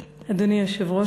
תודה.